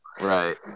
Right